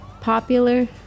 popular